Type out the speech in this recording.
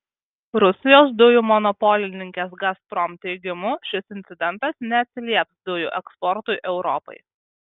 rusijos dujų monopolininkės gazprom teigimu šis incidentas neatsilieps dujų eksportui europai